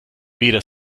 weder